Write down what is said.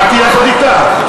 באתי יחד אתך.